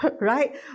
Right